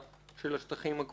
של השטחים הכבושים.